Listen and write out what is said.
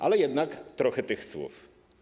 Ale jednak trochę tych słów.